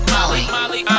Molly